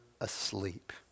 asleep